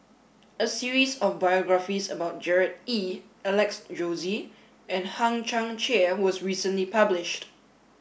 a series of biographies about Gerard Ee Alex Josey and Hang Chang Chieh was recently published